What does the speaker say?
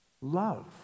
Love